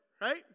right